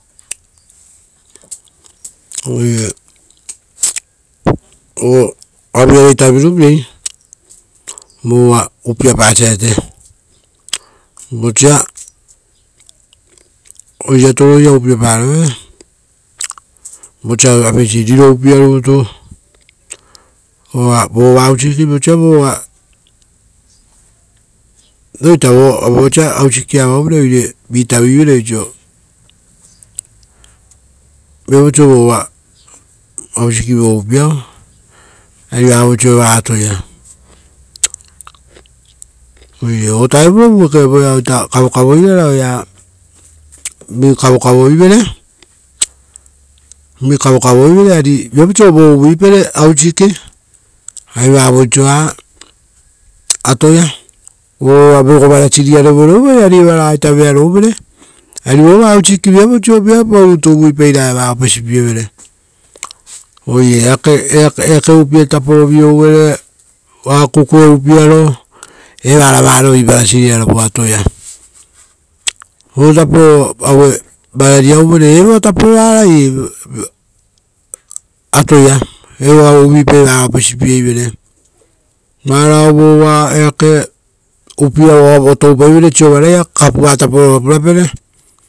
Oire oavuiare ita viruviei vova upiapa varata. Vosa oirato ro ira upiaparovere vosa apeisi riro upia rutu ora vova ruvarupa kepa, voita vosa ruvarupa-kepaiare avauvere uva vi tavivere oisio, viapau oisio ruvaruavaiei, uvare vavoisio va vao upia atoia oire ovutarovu voeao kavokavo-irara oea vi kavokavo ivere, ari viapau oisio vo uvuipere ruvarupakepa, ari vavoisioa atoaia uva vego ruvaruiare voreuvere uva evoa raga ita vearou vere, ari vova ruvarupakepa viapau rutu uvuipai ra upia opesipievere. Oire vosa eake upia taporo vi ouvere oisio kukue upiaro, evara vararoi ruvaruara vo atoia, vosa taporo uteopava vi ouevere, evo upia tapo varoi ruvarua, eva uvuipa ra vara opeisipieivere, vosa eake upia vao oavo toupai ve sovaraia, kapuataporo ora purapere, evara rutu opesipere.